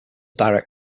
direct